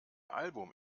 album